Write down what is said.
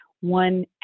One